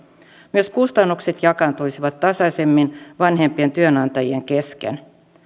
myös kustannukset jakaantuisivat tasaisemmin vanhempien työnantajien kesken